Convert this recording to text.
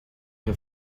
her